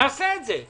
נעשה את זה.